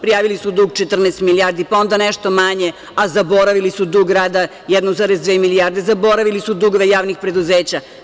Prijavili su dug 14 milijardi, pa onda nešto manje, a zaboravili su dug grada, 1,2 milijarde, zaboravili su dug javnih preduzeća.